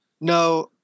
no